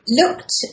looked